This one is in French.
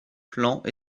plans